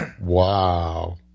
Wow